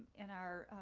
in our